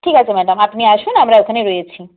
ঠিক আছে ম্যাডাম আপনি আসুন আমরা ওখানে রয়েছি